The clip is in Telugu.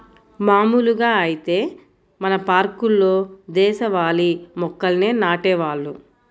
మాములుగా ఐతే మన పార్కుల్లో దేశవాళీ మొక్కల్నే నాటేవాళ్ళు